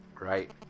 right